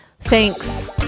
Thanks